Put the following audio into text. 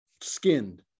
skinned